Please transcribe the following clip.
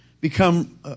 become